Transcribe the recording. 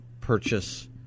purchase